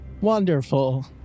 Wonderful